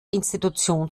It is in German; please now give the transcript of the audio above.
institution